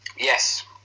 Yes